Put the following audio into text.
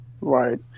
right